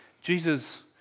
Jesus